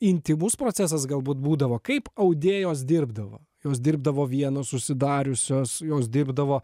intymus procesas galbūt būdavo kaip audėjos dirbdavo jos dirbdavo vienos užsidariusios jos dirbdavo